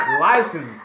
License